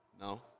No